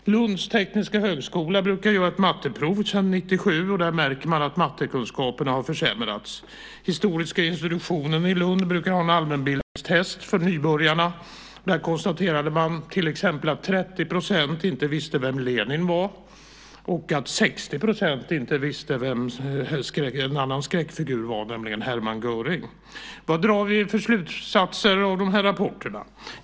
Lunds Tekniska Skola anordnar sedan 1997 ett matteprov, och där märker man att mattekunskaperna har försämrats. Historiska institutionen i Lund brukar ha en allmänbildningstest för nybörjarna. Där konstaterade man till exempel att 30 % inte visste vem Lenin var och att 60 % inte visste vem en annan skräckfigur, nämligen Hermann Göring, var. Vilka slutsatser drar vi av dessa rapporter?